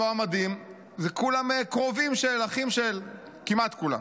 המועמדים כולם קרובים של, אחים של, כמעט כולם.